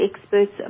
experts